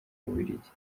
bubiligi